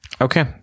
Okay